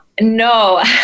No